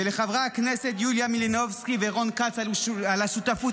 ולחברי הכנסת יוליה מלינובסקי ורון כץ על השותפות